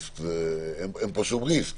אין פה שום סיכון.